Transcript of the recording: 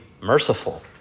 merciful